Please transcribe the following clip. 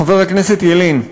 חבר הכנסת ילין.